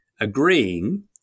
agreeing